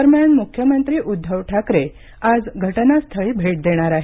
दरम्यान मुख्यमंत्री उद्धव ठाकरे घटनास्थळी भेट देणार आहेत